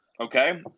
Okay